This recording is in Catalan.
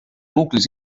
nuclis